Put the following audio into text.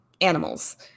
animals